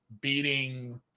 beating